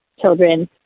children